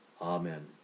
Amen